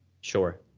Sure